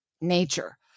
nature